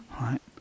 right